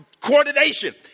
coordination